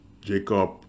jacob